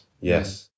yes